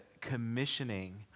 commissioning